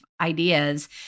ideas